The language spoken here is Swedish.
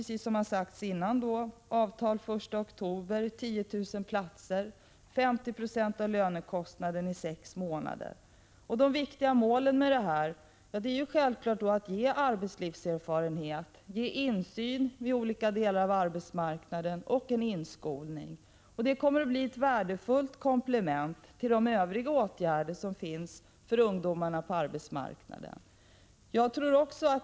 1985/86:162 som tidigare sagts, att ett avtal skall kunna gälla från den I oktober, att 10 000 4juni 1986 LG 5 ;« ä ande åtgä De viktiga målen med inskolningsplatserna är självfallet att de skall ge SAGE AROrAEn arbetslivserfarenhet, insyn i olika delar av arbetsmarknaden och en inskolning. De kommer att bli ett värdefullt komplement till övriga åtgärder för ungdomar på arbetsmarknaden.